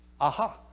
Aha